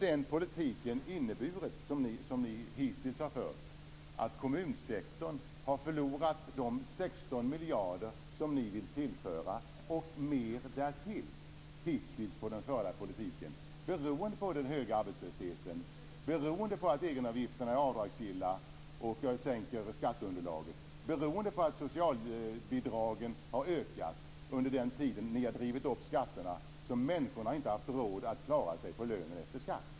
Den politik som ni hittills har fört har inneburit att kommunsektorn har förlorat de 16 miljarder som ni vill tillföra, och mer därtill - beroende på den höga arbetslösheten, beroende på att egenavgifterna är avdragsgilla och sänker skatteunderlaget, beroende på att socialbidragen har ökat under den tid då ni har drivit upp skatterna, så att människor inte kunnat klara sig på sin lön efter skatt.